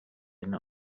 این